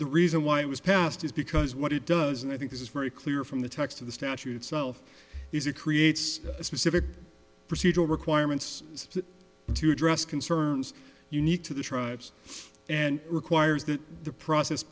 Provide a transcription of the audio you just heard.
the reason why it was passed is because what it does and i think this is very clear from the text of the statute itself is it creates specific procedural requirements to address concerns unique to the tribes and requires that the process